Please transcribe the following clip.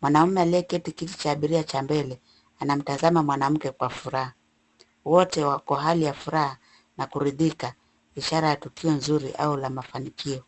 Mwanamume aliyeketi kiti cha abiria cha mbele anamtazama mwanamke kwa furaha. Wote wako hali ya furaha na kuridhika ishara ya tukio nzuri au la mafanikio.